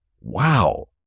Wow